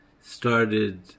started